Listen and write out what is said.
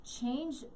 Change